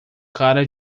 cara